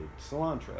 cilantro